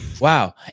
Wow